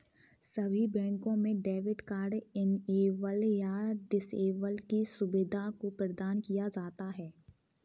सभी बैंकों में डेबिट कार्ड इनेबल या डिसेबल की सुविधा को प्रदान किया जाता है